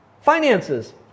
finances